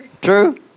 True